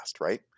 right